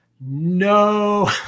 no